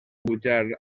pujar